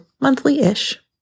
monthly-ish